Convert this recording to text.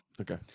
Okay